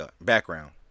background